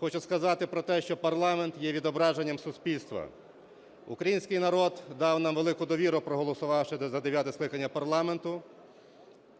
Хочу сказати про те, що парламент є відображенням суспільства. Український народ дав нам велику довіру, проголосувавши за дев'яте скликання парламенту.